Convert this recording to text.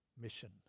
Mission